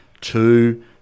two